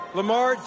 Lamar